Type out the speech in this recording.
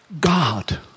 God